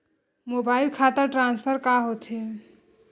Mobile खाता transfer का होथे?